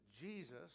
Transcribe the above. Jesus